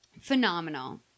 phenomenal